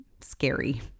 scary